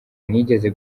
nigeze